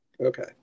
okay